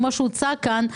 כמו שהוצע כאן,